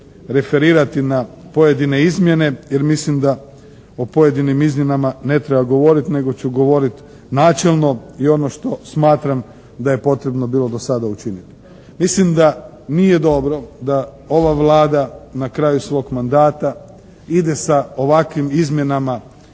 referirati na pojedine izmjene jer mislim da o pojedinim izmjenama ne treba govoriti nego ću govoriti načelno i ono što smatram da je potrebno bilo do sada učiniti. Mislim da nije dobro da ova Vlada na kraju svog mandata ide sa ovakvim izmjenama